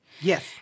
Yes